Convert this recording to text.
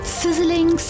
sizzling